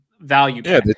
value